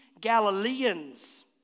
Galileans